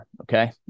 Okay